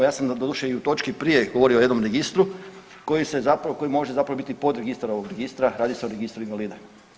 Ja sam doduše i u točki prije govorio o jednom registru koji može zapravo biti podregistar ovog registra, radi se o registru invalida.